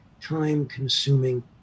time-consuming